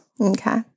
Okay